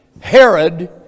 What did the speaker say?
Herod